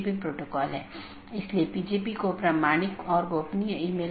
यह एक प्रकार की नीति है कि मैं अनुमति नहीं दूंगा